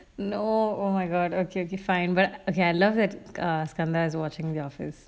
no oh my god okay okay fine but okay I love that err kanthas is watching the office